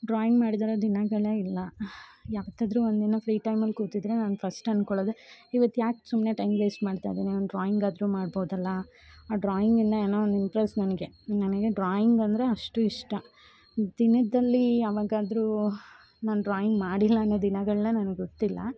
drawing ಮಾಡ್ದಿರೊ ದಿನಗಳೇ ಇಲ್ಲ ಯಾವತ್ತಾದ್ರೂ ಒಂದು ದಿನ ಫ್ರೀ ಟೈಮ್ ಅಲ್ಲಿ ಕೂತಿದ್ರೆ ನಾನು ಫಸ್ಟ್ ಅನ್ಕೊಳ್ಳೋದೆ ಇವತ್ತು ಯಾಕೆ ಸುಮ್ಮನೆ ಟೈಮ್ ವೇಸ್ಟ್ ಮಾಡ್ತಾ ಇದ್ದೀನಿ ಒಂದು ಡ್ರಾಯಿಂಗ್ ಆದರು ಮಾಡಬಹುದಲ್ಲ ಆ ಡ್ರಾಯಿಂಗ್ ಇಂದ ಏನೋ ಒಂದು ಇಂಪ್ರೆಸ್ ನನಗೆ ನನಗೆ ಡ್ರಾಯಿಂಗ್ ಅಂದರೆ ಅಷ್ಟು ಇಷ್ಟ ದಿನದಲ್ಲಿ ಯಾವಾಗಾದ್ರೂ ನಾನು ಡ್ರಾಯಿಂಗ್ ಮಾಡಿಲ್ಲ ಅನ್ನೋ ದಿನಗಳನ್ನ ನಂಗೆ ಗೊತ್ತಿಲ್ಲ